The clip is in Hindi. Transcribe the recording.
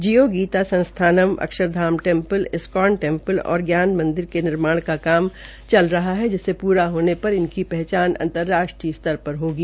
जियो Gita Sansthan Akshardham temple ISKCON temple और ज्ञान मंदिर के निर्माण का काम चल रहा है जिसके पूरा होने पर इनकी पहचान अंतर्राष्ट्रीय स्तर पर होगी